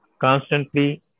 constantly